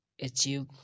achieve